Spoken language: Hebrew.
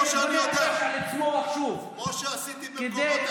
כמו שעשיתי במקומות אחרים,